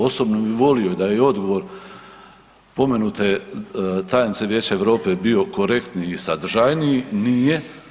Osobno bi volio da je i odgovor pomenute tajnice Vijeća Europe bio korektniji i sadržajniji, nije.